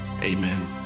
Amen